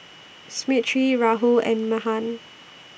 Rahul and Mahan